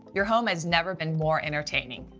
your home has never been more entertaining.